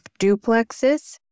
duplexes